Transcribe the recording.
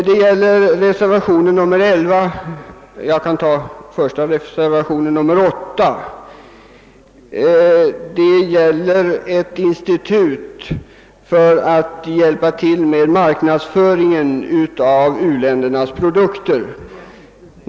Det gäller först reservationen 8, som gäller ett institut för att hjälpa till med marknadsföring av u-ländernas produkter.